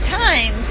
time